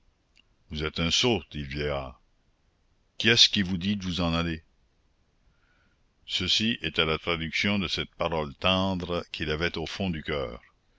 vous êtes un sot dit le vieillard qui est-ce qui vous dit de vous en aller ceci était la traduction de cette parole tendre qu'il avait au fond du coeur